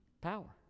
Power